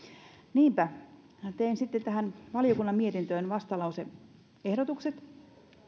niinpä tein sitten tähän valiokunnan mietintöön vastalause ehdotukset